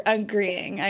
agreeing